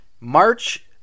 March